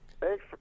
Thanks